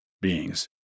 beings